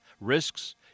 risks